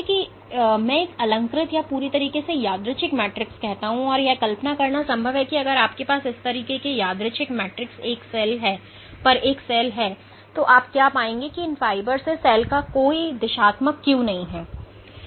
इसलिए जिसे मैं एक अलंकृत या पूरी तरह से यादृच्छिक मैट्रिक्स कहता हूं और यह कल्पना करना संभव है कि अगर आपके पास इस तरह के यादृच्छिक मैट्रिक्स पर एक सेल है तो आप क्या पाएंगे कि इन फाइबर से सेल का कोई दिशात्मक क्यू नहीं है